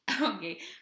Okay